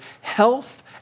health